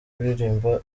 kuririmba